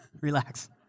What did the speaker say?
Relax